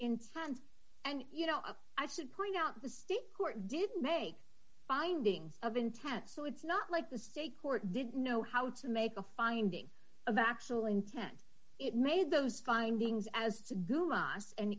intent and you know i should point out the state court didn't make findings of intent so it's not like the state court didn't know how to make a finding of actual intent it made those findings as to